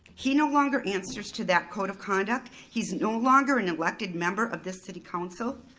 he no longer answers to that code of conduct. he's no longer an elected member of this city council.